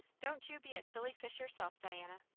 don't you be a silly fish yourself, diana.